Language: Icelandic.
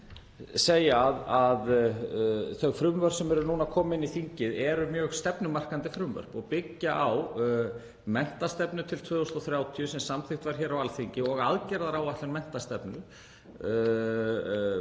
Þau frumvörp sem nú eru að koma inn í þingið eru mjög stefnumarkandi og byggja á menntastefnu til 2030 sem samþykkt var hér á Alþingi og aðgerðaáætlun menntastefnu,